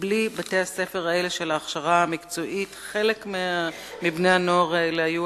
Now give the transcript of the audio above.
בלי בתי-הספר האלה של ההכשרה המקצועית חלק מבני-הנוער האלה היו